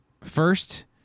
First